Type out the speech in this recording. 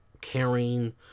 caring